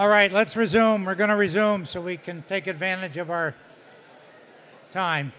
all right let's presume we're going to resume so we can take advantage of our time